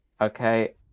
okay